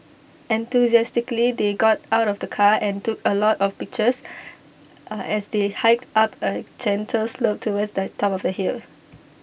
enthusiastically they got out of the car and took A lot of pictures as they hiked up A gentle slope towards the top of the hill